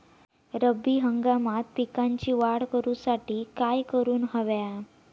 रब्बी हंगामात पिकांची वाढ करूसाठी काय करून हव्या?